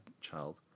Child